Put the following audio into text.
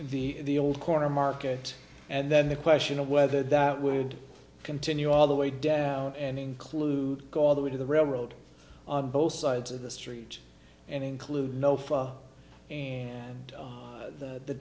in the old corner market and then the question of whether that would continue all the way down and include all the way to the railroad on both sides of the street and include no fire and the